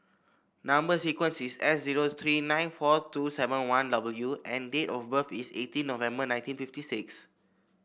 number sequence is S zero three nine four two seven one W and date of birth is eighteen November nineteen fifty six